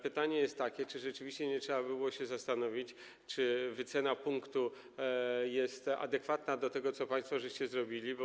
Pytanie jest takie: Czy rzeczywiście nie trzeba by było się zastanowić, czy wycena punktu jest adekwatna do tego, co państwo zrobiliście?